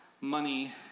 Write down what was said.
money